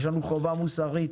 יש לנו חובה מוסרית,